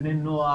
בני נוער,